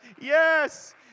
yes